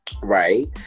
right